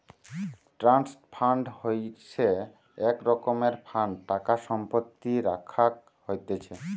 trust fund হইসে এক রকমের ফান্ড টাকা সম্পত্তি রাখাক হতিছে